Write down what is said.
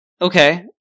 Okay